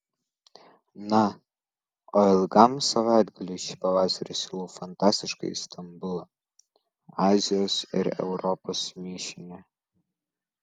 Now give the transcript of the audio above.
na o ilgam savaitgaliui šį pavasarį siūlau fantastiškąjį stambulą azijos ir europos mišinį